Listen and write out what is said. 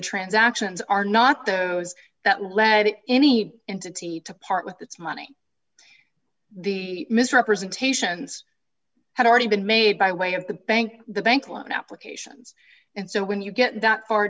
transactions are not those that lead it any entity to part with its money the misrepresentations had already been made by way of the bank the bank loan applications and so when you get that far